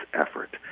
effort